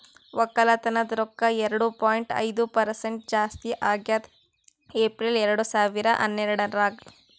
ಒಕ್ಕಲತನದ್ ರೊಕ್ಕ ಎರಡು ಪಾಯಿಂಟ್ ಐದು ಪರಸೆಂಟ್ ಜಾಸ್ತಿ ಆಗ್ಯದ್ ಏಪ್ರಿಲ್ ಎರಡು ಸಾವಿರ ಹನ್ನೆರಡರಾಗ್